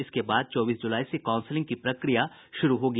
इसके बाद चौबीस जुलाई से काउंसिलिंग की प्रक्रिया शुरू की जायेगी